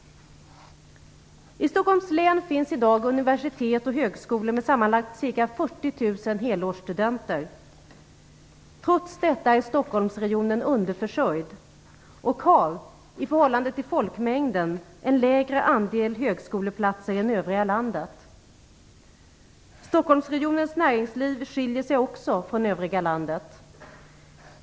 I Stockholms län finns i dag ett universitet och högskolor med sammanlagt ca 40 000 helårsstuderande. Trots detta är Stockholmsregionen underförsörjd och har i förhållande till folkmängden en lägre andel högskoleplatser än övriga landet. Stocksholmsregionens näringsliv skiljer sig också från övriga landet.